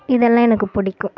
இதெல்லாம் எனக்கு பிடிக்கும்